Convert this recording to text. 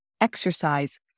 exercise